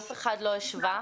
אף אחד לא השווה.